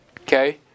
Okay